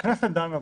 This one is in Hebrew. הכנסת דנה בו.